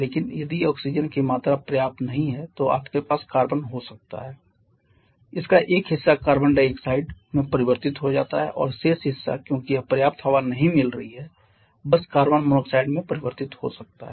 लेकिन यदि ऑक्सीजन की मात्रा पर्याप्त नहीं है तो आपके पास कार्बन हो सकता है इसका एक हिस्सा कार्बन डाइऑक्साइड में परिवर्तित हो जाता है और शेष हिस्सा क्योंकि यह पर्याप्त हवा नहीं मिल रहा है बस कार्बन मोनोऑक्साइड में परिवर्तित हो सकता है